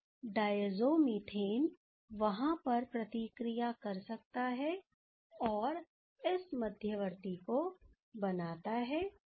अब diazomethane वहाँ पर प्रतिक्रिया कर सकता है और इस मध्यवर्ती को बनाता है